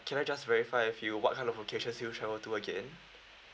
can I just verify with you what kind of locations you travel to again